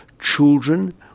children